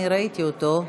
אני ראיתי אותו.